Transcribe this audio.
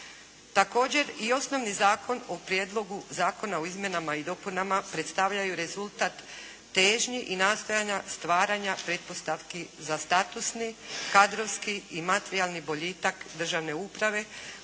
Također i osnovni zakon u Prijedlogu Zakona o izmjenama i dopunama predstavljaju rezultat težnji i nastojanja stvaranja pretpostavki za statusni, kadrovski i materijalni boljitak državne uprave